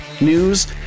news